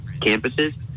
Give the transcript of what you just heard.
campuses